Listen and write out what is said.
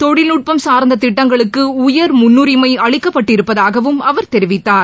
தொழில்நுட்பம் சார்ந்த திட்டங்களுக்கு உயர் முன்னுரிமை அளிக்கப்பட்டிருப்பதாகவும் அவர் தெரிவித்தார்